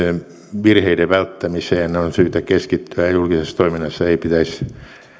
virheiden välttämiseen on syytä keskittyä julkisessa toiminnassa ei pitäisi